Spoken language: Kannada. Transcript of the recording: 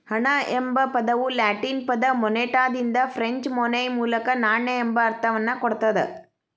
ಹಣ ಎಂಬ ಪದವು ಲ್ಯಾಟಿನ್ ಪದ ಮೊನೆಟಾದಿಂದ ಫ್ರೆಂಚ್ ಮೊನೈ ಮೂಲಕ ನಾಣ್ಯ ಎಂಬ ಅರ್ಥವನ್ನ ಕೊಡ್ತದ